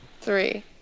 three